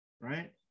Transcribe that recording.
right